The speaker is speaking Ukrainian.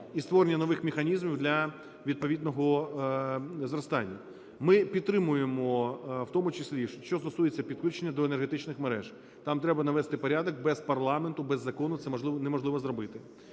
і створення нових механізмів для відповідного зростання. Ми підтримуємо в тому числі, що стосується підключення до енергетичних мереж, там треба навести порядок. Без парламенту, без закону це неможливо зробити